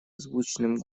звучным